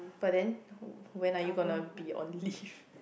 but they when are you gonna be on leave